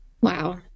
Wow